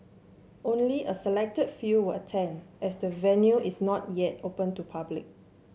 only a select few will attend as the venue is not yet open to public